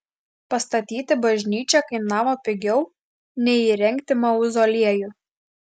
pastatyti bažnyčią kainavo pigiau nei įrengti mauzoliejų